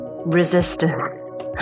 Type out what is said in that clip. Resistance